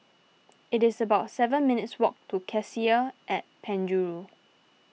it's about seven minutes' walk to Cassia at Penjuru